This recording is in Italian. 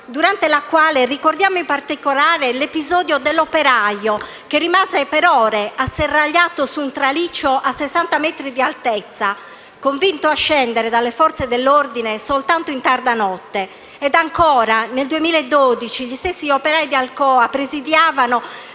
l'occupazione della fabbrica, durante la quale ricordiamo in particolare l'episodio dell'operaio che rimase per ore asserragliato su un traliccio a 60 metri di altezza, convinto a scendere dalle Forze dell'ordine solo in tarda notte.